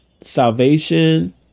salvation